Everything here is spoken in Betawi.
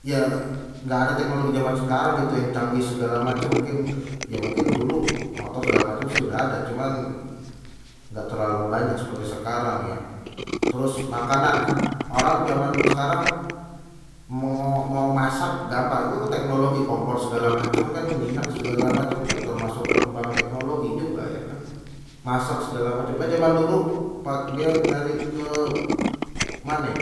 Ya nggak ada teknologi zaman sekarang gitu yang canggih segala macam mungkin, ya mungkin dulu motor segala macam sih udah ada cuman nggak terlalu banyak seperti sekarang ya, terus makanan orang zaman sekarang mau mau masak gampang teknologi kompor segala macam kan tu minyak segala macam kan termasuk perkembangan teknologi juga ya kan. Masak segala macam lah zaman dulu pak die nyari ke mane